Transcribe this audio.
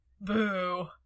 Boo